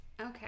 okay